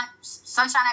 Sunshine